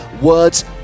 words